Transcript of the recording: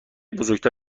بزرگتر